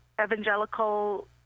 Evangelical